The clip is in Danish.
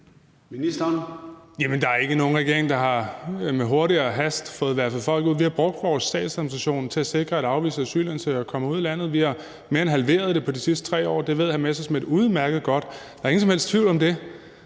der er ikke nogen anden regering, der med højere hast har fået verfet folk ud. Vi har brugt vores statsadministration til at sikre, at afviste asylansøgere kommer ud af landet. Vi har mere end halveret antallet på de sidste 3 år. Det ved hr. Morten Messerschmidt udmærket godt. Der er ingen som helst tvivl om det,